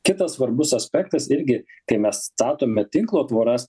kitas svarbus aspektas irgi kai mes statome tinklo tvoras